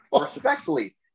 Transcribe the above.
Respectfully